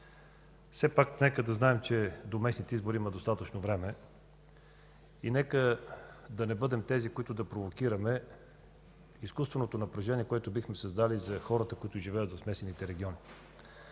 Все пак нека да знаем, че до местните избори има достатъчно време и нека да не бъдем тези, които да провокираме изкуственото напрежение, което бихме създали за хората, които живеят в смесените региони.